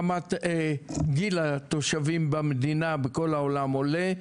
גיל התושבים במדינה, בכל העולם, עולה.